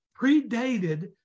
predated